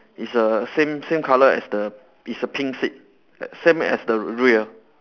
it's the same same color as the it's a pink seat same as the rear